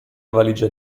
valige